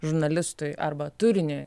žurnalistui arba turiniui